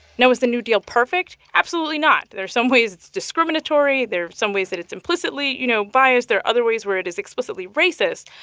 now, was the new deal perfect? absolutely not. there's some ways it's discriminatory. there are some ways that it's implicitly, you know, biased. there are other ways where it is explicitly racist.